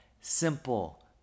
simple